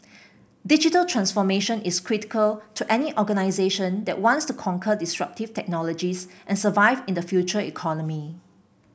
digital transformation is critical to any organisation that wants to conquer disruptive technologies and survive in the Future Economy